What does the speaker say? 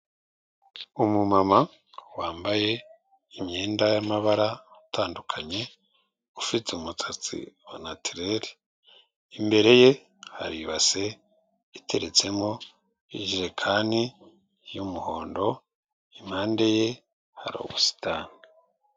Umumama wambaye imyenda y'amabara atandukanye, ufite umutsatsi wa natireli, imbere ye hari ibase iteretsemo ijerekani y'umuhondo, impande ye hari ubusitani.